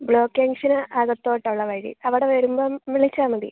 block ജംങ്ഷന് അകത്തോട്ടുള്ള വഴി അവിടെ വരുമ്പം വിളിച്ചാൽ മതി